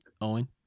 Owen